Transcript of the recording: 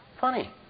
Funny